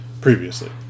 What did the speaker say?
previously